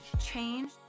change